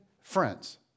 friends